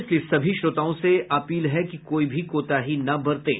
इसलिए सभी श्रोताओं से अपील है कि कोई भी कोताही न बरतें